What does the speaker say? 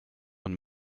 und